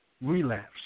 relapse